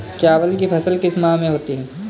चावल की फसल किस माह में होती है?